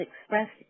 expressed